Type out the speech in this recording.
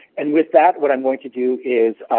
and with that what i'm going to do is